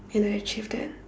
and I achieve that